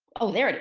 oh, there it is,